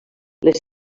les